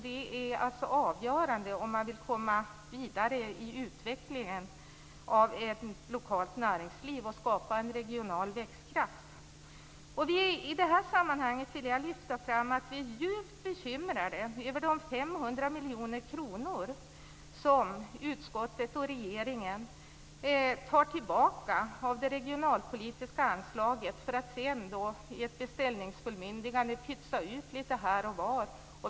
Det är avgörande om man vill komma vidare i utvecklingen av ett lokalt näringsliv och skapa en regional växtkraft. I det här sammanhanget vill jag lyfta fram att vi är djupt bekymrade över de 500 miljoner kronor som utskottet och regeringen tar tillbaka av det regionalpolitiska anslaget för att sedan i ett beställningbemyndigande pytsa ut litet här och var.